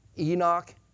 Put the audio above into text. Enoch